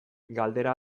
galdera